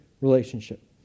relationship